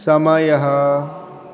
समयः